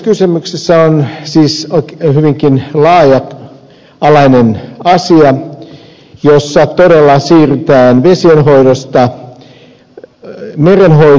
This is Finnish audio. kysymyksessä on siis hyvinkin laaja alainen asia jossa todella siirrytään vesienhoidosta merenhoitoon